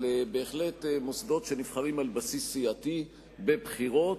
אבל בהחלט מוסדות שנבחרים על בסיס סיעתי בבחירות.